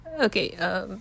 Okay